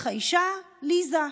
האישה: ליזה.